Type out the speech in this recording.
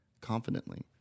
confidently